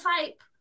type